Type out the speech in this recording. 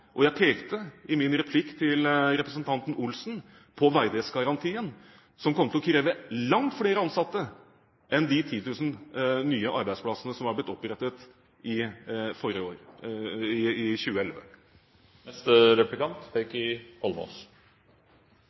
og jeg pekte i min replikk til representanten Ingalill Olsen på verdighetsgarantien, som kommer til å kreve langt flere ansatte enn de 10 000 nye arbeidsplassene som er blitt opprettet i